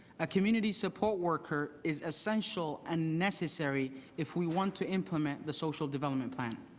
a community support worker is essential and necessary if we want to implement the social development plan.